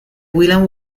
william